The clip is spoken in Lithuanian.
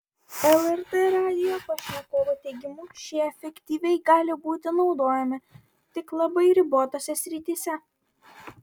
lrt radijo pašnekovo teigimu šie efektyviai gali būti naudojami tik labai ribotose srityse